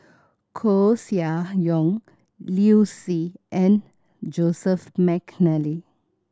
Koeh Sia Yong Liu Si and Joseph McNally